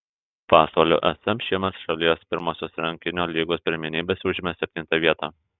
pasvalio sm šiemet šalies pirmosios rankinio lygos pirmenybėse užėmė septintą vietą